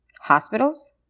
Hospitals